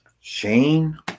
Shane